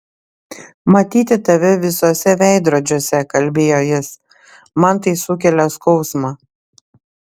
matyti tave visuose veidrodžiuose kalbėjo jis man tai sukelia skausmą